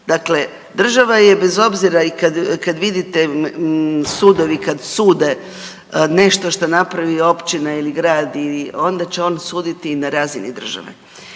Dakle, država bez obzira i kad vidite sudovi kad sude nešto što napravi općina ili grad i onda će on suditi i na razini države.